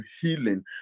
healing